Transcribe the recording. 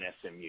SMU